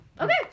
Okay